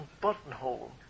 buttonhole